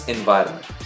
Environment